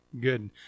good